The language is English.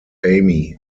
amy